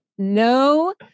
no